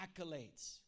accolades